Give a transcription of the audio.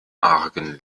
argen